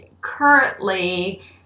currently